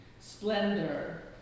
Splendor